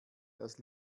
das